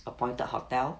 appointed hotel